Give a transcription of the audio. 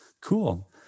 Cool